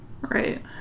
Right